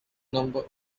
number